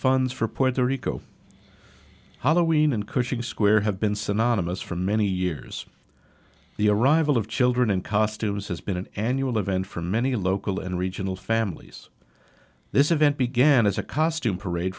funds for puerto rico hollowing and cushing square have been synonymous for many years the arrival of children in costumes has been an annual event for many local and regional families this event began as a costume parade